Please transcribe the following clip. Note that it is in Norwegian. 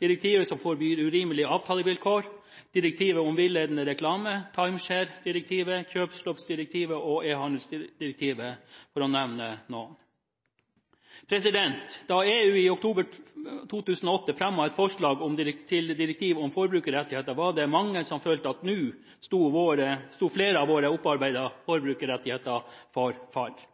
direktivet som forbyr urimelige avtalevilkår, direktivet om villedende reklame, timesharedirektivet, kjøpslovsdirektivet og e-handelsdirektivet, for å nevne noen. Da EU i oktober 2008 fremmet et forslag til direktiv om forbrukerrettigheter, var det mange som følte at nå sto flere av våre opparbeidede forbrukerrettigheter for